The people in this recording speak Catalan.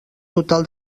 total